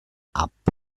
app